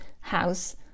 house